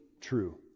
true